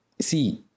see